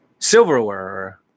Silverware